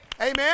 amen